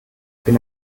bin